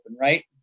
right